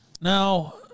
Now